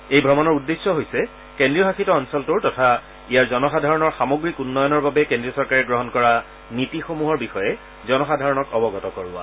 এই ভ্ৰমণৰ উদ্দেশ্যে হৈছে কেন্দ্ৰীয় শাসিত অঞ্চলটোৰ তথা ইয়াৰ জনসাধাৰণৰ সামগ্ৰিক উন্নয়নৰ বাবে কেন্দ্ৰীয় চৰকাৰে গ্ৰহণ কৰা নীতিসমূহৰ বিষয়ে জনসাধাৰণক অৱগত কৰোৱা